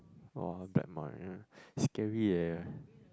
oh bad mario scary eh